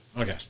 Okay